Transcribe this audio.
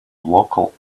local